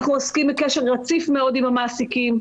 אנחנו בקשר רציף מאוד עם המעסיקים,